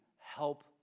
help